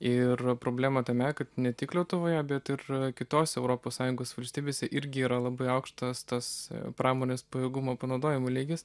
ir problema tame kad ne tik lietuvoje bet ir kitose europos sąjungos valstybėse irgi yra labai aukštas tas pramonės pajėgumų panaudojimo lygis